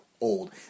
old